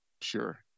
Sure